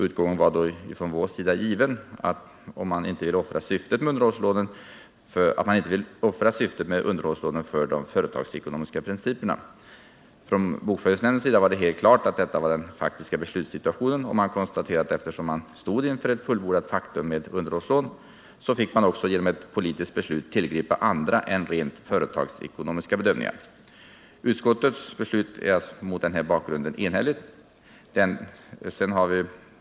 Utgången var då från vår sida given — att man inte ville offra syftet med underhållslånen för de företagsekonomiska principerna. Det stod för bokföringsnämnden helt klart att detta var den faktiska beslutssituationen, och man konstaterade, att eftersom man stod inför ett fullbordat faktum med underhållslån så fick man, genom ett politiskt beslut, tillgripa andra än rent företagsekonomiska bedömningar. Utskottets beslut var mot denna bakgrund enhälligt.